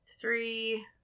Three